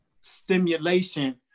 stimulation